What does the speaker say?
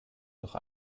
durch